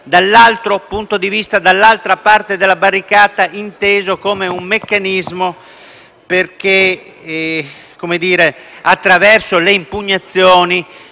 dall'altro punto di vista, dall'altra parte della barricata, inteso come un meccanismo che, attraverso le impugnazioni,